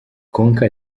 konka